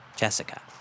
Jessica